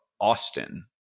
Austin